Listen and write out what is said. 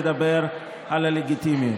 לדבר על הלגיטימיות.